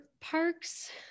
parks